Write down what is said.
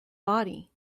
body